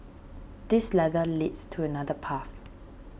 this ladder leads to another path